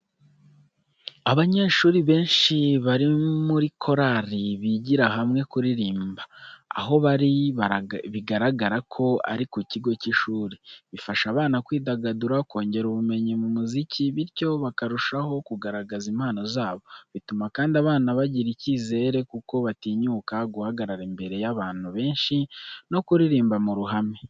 Abanyeshuri benshi bari muri korali bigira hamwe kuririmba. Aho bari bigaragara ko ari ku kigo cy'ishuri. Bifasha abana kwidagadura, kongera ubumenyi mu muziki, bityo bakarushaho kugaragaza impano zabo. Bituma kandi abana bigirira icyizere kuko batinyuka guhagarara imbere y'abantu benshi no kuririmbira mu ruhame.